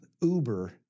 uber